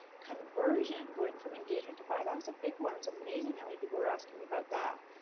conversion, going from engagement to buyer. that was a big one, it's amazing how many people are asking me about that.